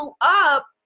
up